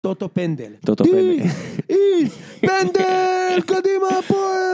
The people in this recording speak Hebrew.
טוטו-פנדל, טוטו-פנדל, פנדל! קדימה הפועל!